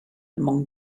among